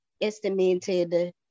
estimated